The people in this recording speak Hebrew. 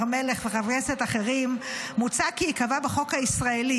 הר מלך וחברי כנסת אחרים מוצע כי ייקבע בחוק הישראלי